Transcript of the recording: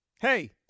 hey